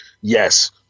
yes